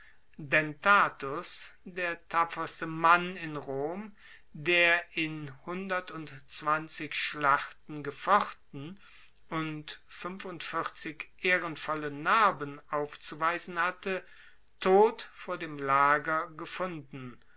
dentatus der tapferste mann in rom der in hundertundzwanzig schlachten gefochten und fuenfundvierzig ehrenvolle narben aufzuzeigen hatte tot vor dem lager gefunden